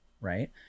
right